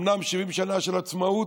אומנם 70 שנה של עצמאות,